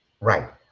Right